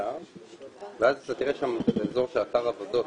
אדם שמגיע אחרי מלחמה לעבודה,